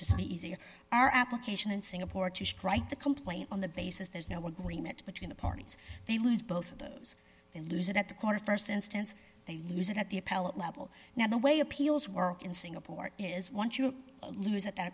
just be easier our application in singapore to strike the complaint on the basis there's no agreement between the parties they lose both of those and lose it at the corner st instance they lose it at the appellate level now the way appeals work in singapore is once you lose at that a